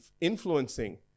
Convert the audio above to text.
influencing